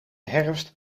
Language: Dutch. herfst